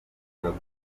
gufata